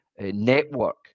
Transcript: network